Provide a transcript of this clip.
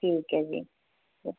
ਠੀਕ ਹੈ ਜੀ ਓ